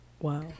wow